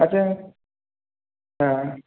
আচ্ছা হ্যাঁ